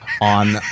on